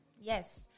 Yes